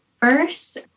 first